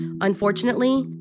Unfortunately